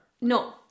No